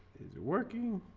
is it working